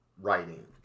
writing